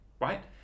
right